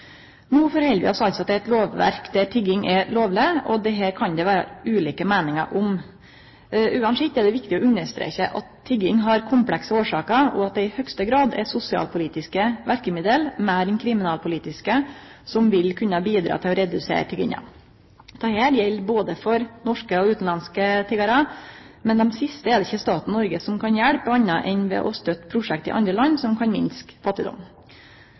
No held vi oss altså til eit lovverk der tigging er lovleg. Dette kan det vere ulike meiningar om. Uansett er det viktig å understreke at tigging har komplekse årsaker, og at det i høgste grad er sosialpolitiske verkemiddel meir enn kriminalpolitiske som vil kunne bidra til å redusere tigginga. Dette gjeld både for norske og for utanlandske tiggarar, men dei siste er det ikkje staten Noreg som kan hjelpe, anna enn ved å støtte prosjekt i andre land som kan minske fattigdom.